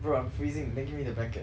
bro I'm freezing then give me the blanket